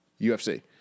UFC